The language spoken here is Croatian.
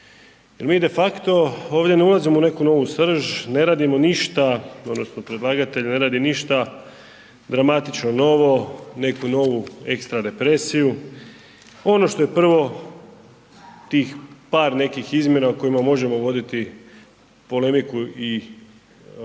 jer mi defakto ovdje ne ulazimo u neku novu srž, ne radimo ništa odnosno predlagatelj ne radi ništa dramatično novo, neku novu ekstra represiju, ono što je prvo, tih par nekih izmjena o kojima možemo voditi polemiku i